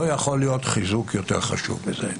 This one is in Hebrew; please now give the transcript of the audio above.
לא יכול להיות חיזוק יותר חשוב מזה.